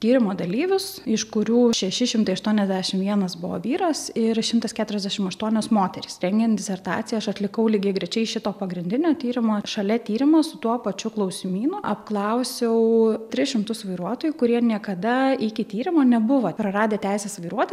tyrimo dalyvius iš kurių šeši šimtai aštuoniasdešimt vienas buvo vyras ir šimtas keturiasdešimt aštuonios moterys rengiant disertaciją aš atlikau lygiagrečiai šito pagrindinio tyrimo šalia tyrimo su tuo pačiu klausimynu apklausiau tris šimtus vairuotojų kurie niekada iki tyrimo nebuvo praradę teisės vairuoti